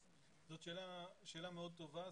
זאת שאלה מאוד טובה.